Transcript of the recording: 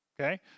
Okay